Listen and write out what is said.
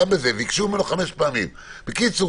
ביקשו ממנו חמש פעמים בקיצור,